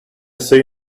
seen